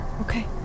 Okay